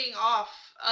off